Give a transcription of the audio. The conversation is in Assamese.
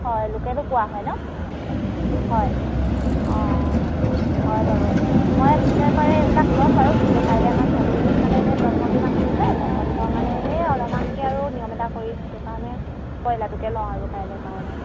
হয় লোকেলো পোৱা হয় নহ্ হয় অঁ হয় বাৰু মই পিছেপৰে এইবিলাক ল'ম বাৰু কিন্তু কাইলৈ আমাৰ ছোৱালীজনী মানে এনেই জন্মদিন আছিলে জন্মদিনৰ কাৰণে এনেই অলপমানকে আৰু নিয়ম এটা কৰিম সেইটো কাৰণে ব্ৰইলাটোকে লওঁ আৰু কাইলৈ কাৰণে